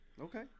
Okay